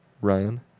Ryan